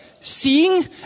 seeing